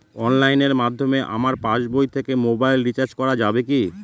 অনলাইনের মাধ্যমে আমার পাসবই থেকে মোবাইল রিচার্জ করা যাবে কি?